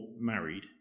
married